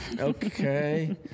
okay